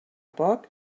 poc